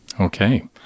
Okay